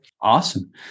Awesome